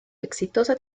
exitosa